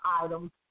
items